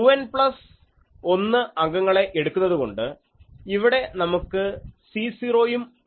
2N plus 1 അംഗങ്ങളെ എടുക്കുന്നതുകൊണ്ട് ഇവിടെ നമുക്ക് C0 ഉം ഉണ്ട്